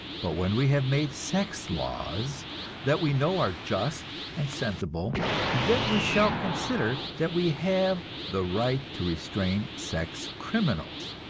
but when we have made sex laws that we know are just and sensible then we shall consider that we have the right to restrain sex criminals,